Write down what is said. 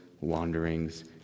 wanderings